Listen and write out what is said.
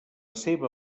seva